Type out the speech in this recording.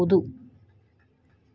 Online ಒಳಗ ಸಾಲದ ಅರ್ಜಿ ಹೆಂಗ್ ಹಾಕುವುದು?